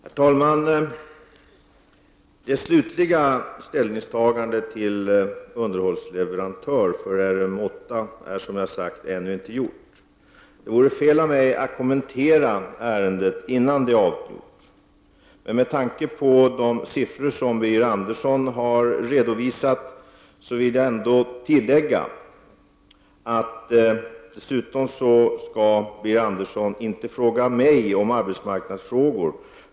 Herr talman! Det slutliga ställningstagandet när det gäller underhållsleverantör för RM 8 är som jag har sagt ännu inte gjort. Det vore fel av mig att kommentera ärendet innan det är avgjort. Med tanke på de siffror som Birger Andersson har redovisat vill jag ändå tillägga att Birger Andersson inte skall vända sig till mig när det gäller arbetsmarknadsfrågor.